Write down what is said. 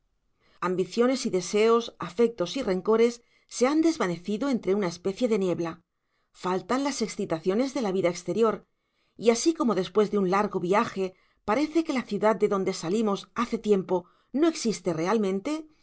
ambiciones y deseos afectos y rencores se han desvanecido entre una especie de niebla faltan las excitaciones de la vida exterior y así como después de un largo viaje parece que la ciudad de donde salimos hace tiempo no existe realmente